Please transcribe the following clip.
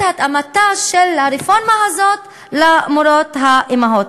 התאמתה של הרפורמה הזאת למורות האימהות.